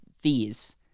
fees